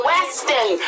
Weston